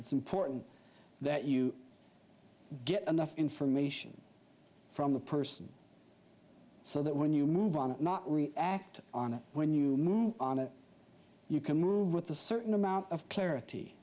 it's important that you get enough information from the person so that when you move on not act on it when you move on and you can move with a certain amount of clarity